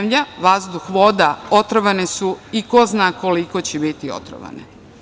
Zemlja, vazduh, voda otrovani su i ko zna koliko će biti otrovane.